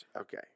Okay